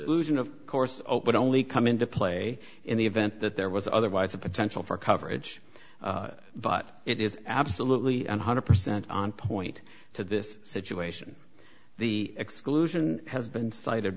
exclusion of course but only come into play in the event that there was otherwise a potential for coverage but it is absolutely one hundred percent on point to this situation the exclusion has been cited